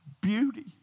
Beauty